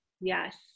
Yes